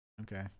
Okay